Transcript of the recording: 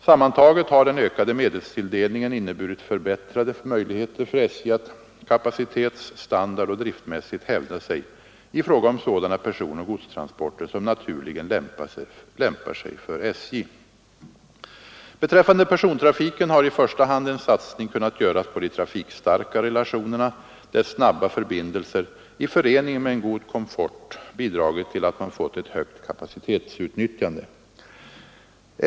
Sammantaget har den ökade medelstilldelningen inneburit förbättrade möjligheter för SJ att kapacitets-, standardoch driftmässigt hävda sig i fråga om sådana personoch godstransporter som naturligen lämpar sig för SJ. Beträffande persontrafiken har i första hand en satsning kunnat göras på de trafikstarka relationerna, där snabba förbindelser i förening med en god komfort bidragit till att man fått ett högt kapacitetsutnyttjande.